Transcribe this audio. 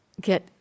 get